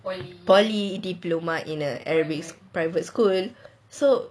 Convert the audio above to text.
poly diploma in uh arabic private school so